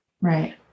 Right